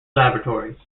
laboratories